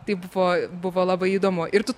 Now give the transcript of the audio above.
tai buvo buvo labai įdomu ir tu